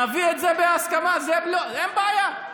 נביא את זה בהסכמה, אין בעיה.